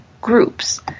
groups